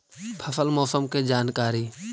फसल मौसम के जानकारी?